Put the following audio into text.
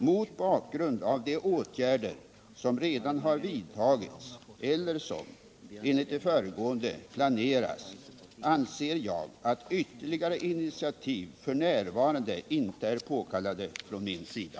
Mot bakgrund av de åtgärder som redan har vidtagits eller som, enligt det föregående, planeras anser jag att ytterligare initiativ f. n. inte är påkallade från min sida.